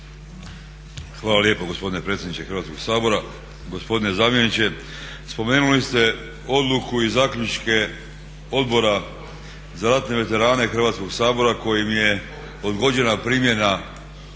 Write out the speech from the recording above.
Hvala lijepo gospodine predsjedniče Hrvatskoga sabora. Gospodine zamjeniče, spomenuli ste odluku i zaključke Odbora za ratne veterane Hrvatskoga sabora kojim je odgođena primjena